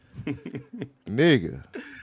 Nigga